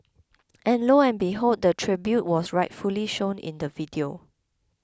and lo and behold the tribute was rightfully shown in the video